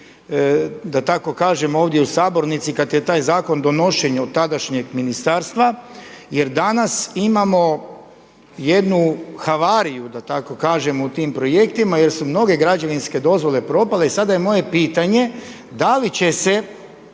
da tako kažem ovdje u sabornici kada je taj zakon donošen od tadašnjeg ministarstva jer danas imamo jednu havariju, da tako kažem u tim projektima jer su mnoge građevinske dozvole propale i sada je moje pitanje da li će se